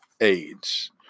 aids